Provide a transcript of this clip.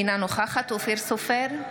אינה נוכחת אופיר סופר,